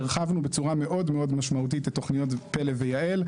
הרחבנו בצורה מאוד מאוד משמעותית את תוכניות "פל"א" ו"יע"ל".